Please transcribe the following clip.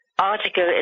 article